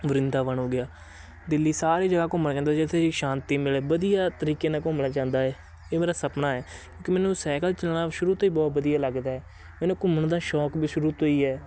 ਵਰਿੰਦਾਵਨ ਹੋ ਗਿਆ ਦਿੱਲੀ ਸਾਰੀ ਜਗ੍ਹਾ ਘੁੰਮਣ ਚਾਹੁੰਦਾ ਜਿੱਥੇ ਕਿ ਸ਼ਾਂਤੀ ਮਿਲੇ ਵਧੀਆ ਤਰੀਕੇ ਨਾਲ ਘੁੰਮਣਾ ਚਾਹੁੰਦਾ ਏ ਇਹ ਮੇਰਾ ਸਪਨਾ ਏ ਕਿਉਂਕਿ ਮੈਨੂੰ ਸਾਈਕਲ ਚਲਾਉਣਾ ਸ਼ੁਰੂ ਤੋਂ ਹੀ ਬਹੁਤ ਵਧੀਆ ਲੱਗਦਾ ਮੈਨੂੰ ਘੁੰਮਣ ਦਾ ਸ਼ੌਂਕ ਵੀ ਸ਼ੁਰੂ ਤੋਂ ਹੀ ਹੈ